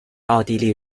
奥地利